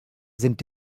sind